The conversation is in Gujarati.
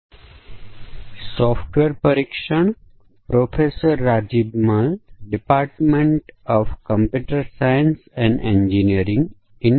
આ સત્રમાં આપનું સ્વાગત છે આપણે સમાનતા વર્ગ પાર્ટીશન અને બાઉન્ડ્રી મૂલ્ય પરીક્ષણ અંગે ચર્ચા કરીશું